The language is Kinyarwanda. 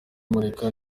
murika